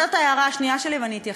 זאת ההערה השנייה שלי, ואני אתייחס.